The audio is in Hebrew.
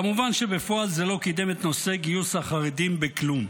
כמובן שבפועל זה לא קידם את נושא גיוס החרדים בכלום.